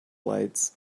lights